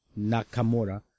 Nakamura